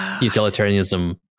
utilitarianism